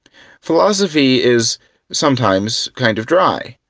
philosophy is sometimes kind of dry.